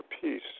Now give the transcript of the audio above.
peace